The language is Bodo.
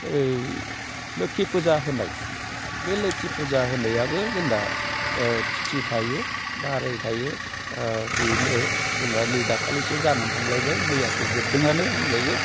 लोखि फुजा होनाय बे लोखि फुजा होनायाबो जोंना थिथि थायो बाराय थायो बेनो जोंहा नै दाखालिसो जानानै थांलायबाय मैयासो जोबदोंआनो होनजायो मैयासो जोबदोंआनो होनजायो